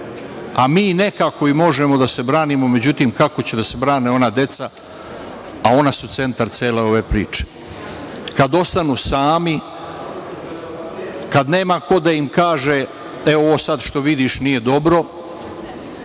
a mi i nekako možemo da se branimo, međutim kako će da se brane ona deca, a ona su centar cele ove priče? Kad ostanu sami, kad nema ko da im kaže: „Evo, ovo sad što vidiš nije dobro“,